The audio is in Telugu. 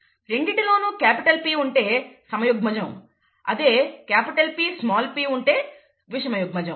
రెండిటిలోనూ క్యాపిటల్ P ఉంటే సమయుగ్మజము అదే క్యాపిటల్ P స్మాల్ p ఉంటే విషమయుగ్మజము